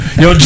yo